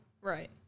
Right